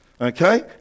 Okay